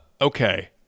Okay